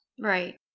right